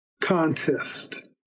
contest